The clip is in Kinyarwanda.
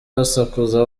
basakuza